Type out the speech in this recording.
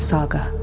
Saga